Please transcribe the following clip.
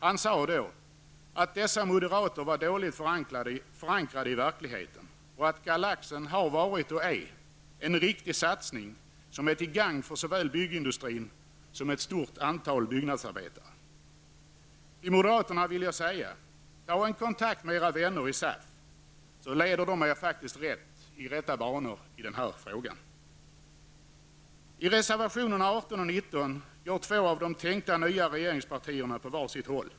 Han sade då att dessa moderater är dåligt förankrade i verkligheten och att Galaxen har varit och är en riktig satsning, som är till gagn för såväl byggindustrin som ett stort antal byggnadsarbetare. Till moderaterna vill jag säga: Ta kontakt med era vänner i SAF så kommer de att leda er in på rätta banor i den här frågan. I reservationerna nr 18 och 19 går två av de tänkta nya regeringspartierna åt var sitt håll.